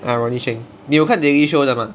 ah ronny cheng 你有看 daily show 的 mah